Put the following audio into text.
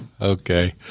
Okay